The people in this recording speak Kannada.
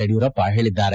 ಯಡಿಯೂರಪ್ಪ ಹೇಳಿದ್ದಾರೆ